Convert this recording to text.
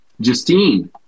Justine